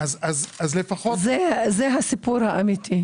זה הסיפור האמיתי.